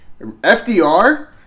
FDR